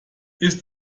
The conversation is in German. ist